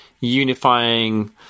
unifying